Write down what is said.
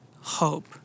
hope